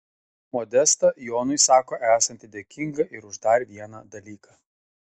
modesta jonui sako esanti dėkinga ir už dar vieną dalyką